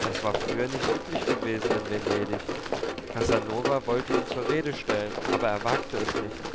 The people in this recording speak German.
das war früher nicht üblich gewesen in venedig casanova wollte ihn zur rede stellen aber er wagte es nicht